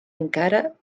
encara